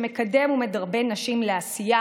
שמקדם ומדרבן נשים לעשייה